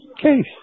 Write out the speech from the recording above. case